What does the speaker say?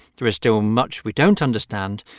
there's still much we don't understand.